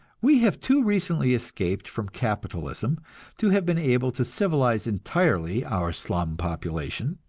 we have too recently escaped from capitalism to have been able to civilize entirely our slum population,